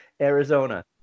Arizona